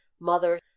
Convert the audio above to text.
mother